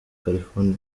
california